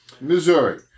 Missouri